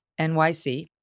NYC